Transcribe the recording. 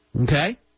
Okay